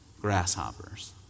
grasshoppers